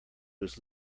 was